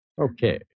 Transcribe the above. Okay